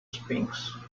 sphinx